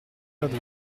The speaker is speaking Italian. dorso